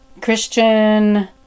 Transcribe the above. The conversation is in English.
Christian